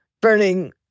burning